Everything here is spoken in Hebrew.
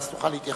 ואז תוכל להתייחס.